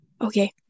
Okay